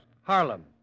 Harlem